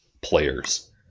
players